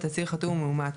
בתצהיר חתום ומאומת,